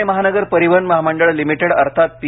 पुणे महानगर परिवहन महामंडळ लिमिटेड अर्थात पी